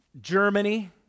Germany